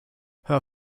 her